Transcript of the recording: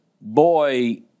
boy